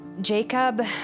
Jacob